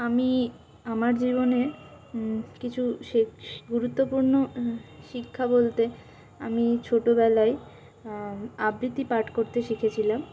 আমি আমার জীবনে কিছু শে গুরুত্বপূর্ণ শিক্ষা বলতে আমি ছোটোবেলায় আবৃত্তি পাঠ করতে শিখেছিলাম